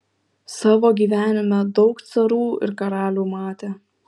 savo gyvenime daug carų ir karalių matė